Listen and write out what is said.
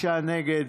56 נגד.